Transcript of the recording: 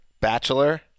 Bachelor